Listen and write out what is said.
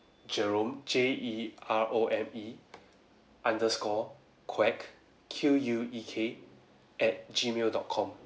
jerome J E R O M E underscore quek Q U E K at gmail dot com